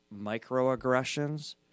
microaggressions